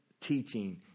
teaching